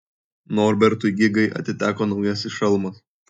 norbertui gigai atiteko naujasis šalmas